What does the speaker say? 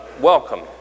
Welcome